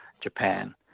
Japan